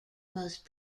most